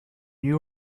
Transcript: you